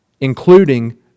including